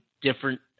different